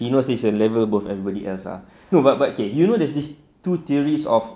he knows his a level above everybody else ah no but but K you know there's this two theories of